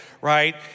right